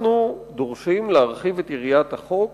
אנחנו דורשים להרחיב את יריעת החוק